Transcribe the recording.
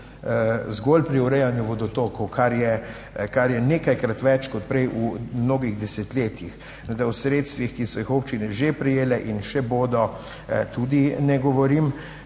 zgolj pri urejanju vodotokov, kar je, kar je nekajkrat več kot prej v mnogih desetletjih, da o sredstvih, ki so jih občine že prejele in še bodo, tudi ne govorim.